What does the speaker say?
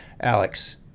Alex